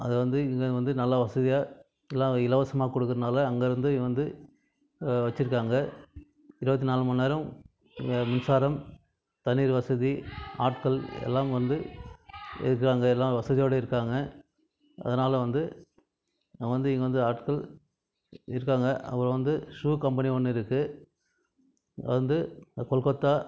அதை வந்து இங்கே வந்து நல்ல வசதியாக எல்லாம் இலவசமாக கொடுக்கறதுனால அங்கிருந்து இதை வந்து வச்சிருக்காங்க இருபத்தி நாலு மணிநேரம் இந்த மின்சாரம் தண்ணீர் வசதி ஆட்கள் எல்லாம் வந்து இருக்கிறாங்க எல்லாம் வசதியோடு இருக்காங்க அதனால் வந்து நான் வந்து இங்கே வந்து ஆட்கள் இருக்காங்க அப்பறம் வந்து ஷூ கம்பெனி ஒன்று இருக்குது அது வந்து கொல்கத்தா